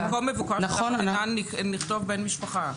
אז במקום "מבוקש צו הגנה" נכתוב "בן משפחה".